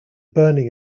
burning